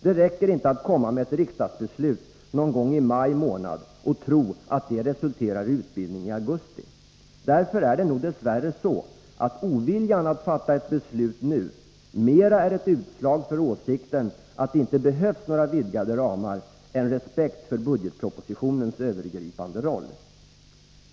Det räcker inte att komma med ett riksdagsbeslut någon gång i maj och tro att det resulterar i utbildning i augusti. Därför är det nog dess värre så, att oviljan att fatta ett beslut nu mera är ett uttryck för åsikten att det inte behövs några vidgade ramar än ett utslag av respekt för budgetpropositionens övergripande roll.